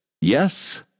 Yes